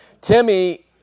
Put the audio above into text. timmy